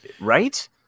right